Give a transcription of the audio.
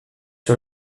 sur